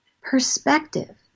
perspective